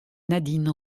nadine